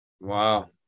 Wow